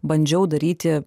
bandžiau daryti